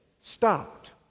stopped